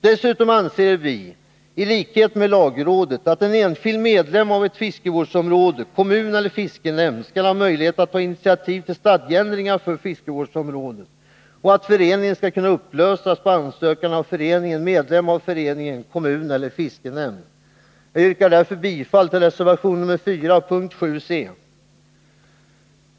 Dessutom anser vi i likhet med lagrådet att en enskild medlem av ett fiskevårdsområde, kommun eller fiskenämnd skall ha möjlighet att ta initiativ till stadgeändringar för fiskevårdsområdet och att föreningen skall kunna upplösas på ansökan av föreningen, medlem av föreningen, kommun eller fiskenämnd. Jag yrkar bifall till reservation 4 även när det gäller moment 7 c.